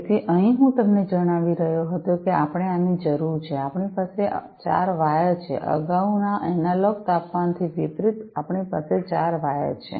તેથી અહીં હું તમને જણાવી રહ્યો હતો કે આપણને આની જરૂર છે અહીં આપણી પાસે 4 વાયર છે અગાઉના એનાલોગ તાપમાનથી વિપરીત આપણી પાસે 4 વાયર છે